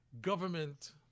government